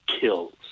kills